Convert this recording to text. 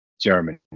Germany